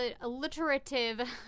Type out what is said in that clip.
alliterative